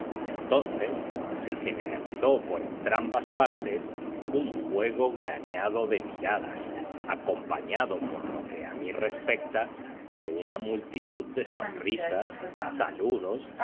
entonces se generalizó por entrambas partes un fuego graneado de miradas acompañado por lo que a mí respecta de una multitud de sonrisas saludos